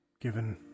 given